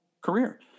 career